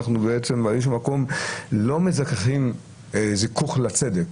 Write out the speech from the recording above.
אנחנו בעצם באיזשהו מקום לא מזככים זיכוך לצדק.